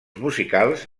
musicals